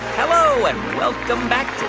hello, and welcome back to